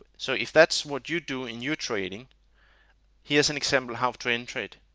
so if that's what you do in your trading here is an example how to enter it.